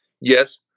Yes